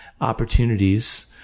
opportunities